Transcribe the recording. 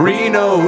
Reno